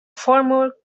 former